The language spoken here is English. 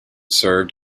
served